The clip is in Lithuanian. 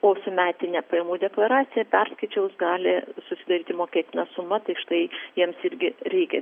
o su metine pajamų deklaracija perskaičiavus gali susidaryti mokėtina suma štai jiems irgi reikia